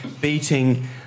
beating